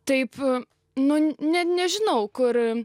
taip nu ne nežinau kur